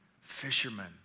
fishermen